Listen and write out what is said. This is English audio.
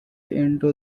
into